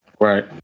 Right